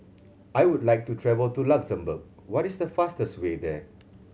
I would like to travel to Luxembourg what is the fastest way there